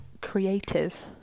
creative